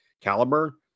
caliber